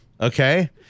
Okay